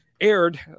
aired